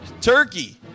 turkey